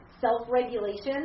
self-regulation